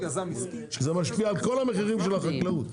וזה משפיע על כל המחירים של החקלאות,